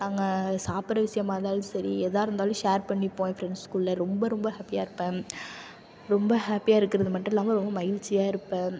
நாங்கள் சாப்பிட்ற விஷயமா இருந்தாலும் சரி எதாக இருந்தாலும் ஷேர் பண்ணிப்போம் என் ஃப்ரெண்ட்ஸ்க்குள்ள ரொம்ப ரொம்ப ஹாப்பியாக இருப்பேன் ரொம்ப ஹாப்பியாக இருக்கிறது மட்டும் இல்லாமல் ரொம்ப மகிழ்ச்சியாக இருப்பேன்